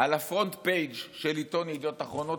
ב-front page של עיתון ידיעות אחרונות.